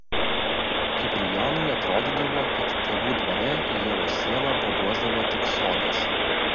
kiprijonui atrodydavo kad tėvų dvare ievos sielą paguosdavo tik sodas